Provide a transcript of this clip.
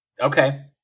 okay